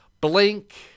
Blink